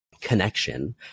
connection